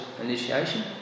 initiation